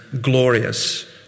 glorious